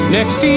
Next